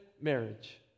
marriage